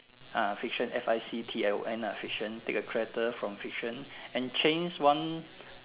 ah fiction F I C T I O N ah fiction take a character from fiction and change one